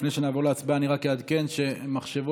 לפני שנעבור להצבעה אני רק אעדכן שמחשבו